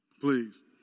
please